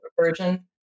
version